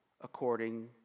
according